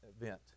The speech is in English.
event